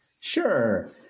Sure